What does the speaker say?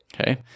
Okay